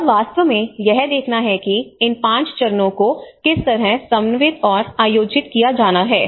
और वास्तव में यह देखना है कि इन 5 चरणों को किस तरह समन्वित और आयोजित किया जाना है